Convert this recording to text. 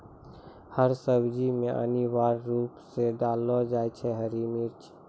हर सब्जी मॅ अनिवार्य रूप सॅ डाललो जाय छै हरी मिर्च